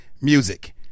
music